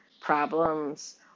problems